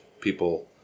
people